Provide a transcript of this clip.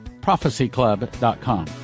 prophecyclub.com